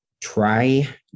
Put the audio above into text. Try